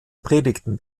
predigten